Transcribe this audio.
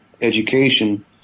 education